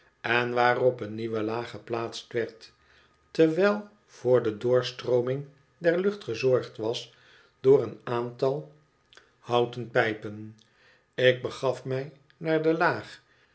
en waarop een nieuwe laag geplaatst werd terwijl voor de doorstrooming der lucht gezorgd was door een aantal houten pijpen ik begaf mij naar de laag